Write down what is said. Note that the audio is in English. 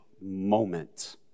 moment